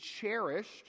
cherished